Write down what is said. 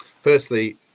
Firstly